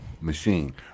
machine